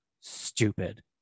stupid